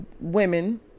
women